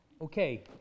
Okay